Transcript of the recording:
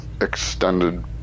extended